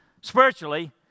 spiritually